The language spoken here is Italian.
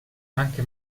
anche